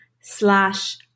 slash